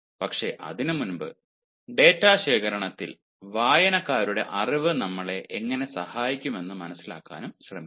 പക്ഷേ അതിനുമുമ്പ് ഡാറ്റ ശേഖരണത്തിൽ വായനക്കാരുടെ അറിവ് നമ്മളെ എങ്ങനെ സഹായിക്കുമെന്ന് മനസിലാക്കാനും ശ്രമിക്കാം